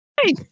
Hey